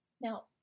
Now